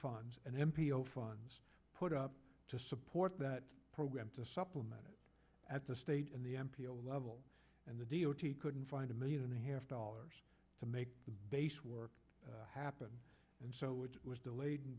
funds and m p o funds put up to support that program to supplement it at the state and the m p o level and the d o t couldn't find a million and a half dollars to make the base work happen and so it was delayed and